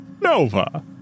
Nova